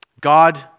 God